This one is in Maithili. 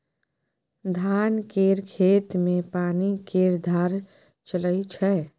धान केर खेत मे पानि केर धार चलइ छै